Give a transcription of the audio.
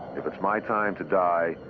if it's my time to die,